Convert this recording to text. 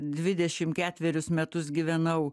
dvidešim ketverius metus gyvenau